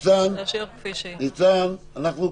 אבל לקחנו בסיס שהיה בעולם בהתחלה היה